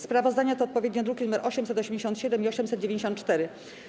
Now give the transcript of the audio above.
Sprawozdania to odpowiednio druki nr 887 i 894.